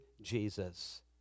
Jesus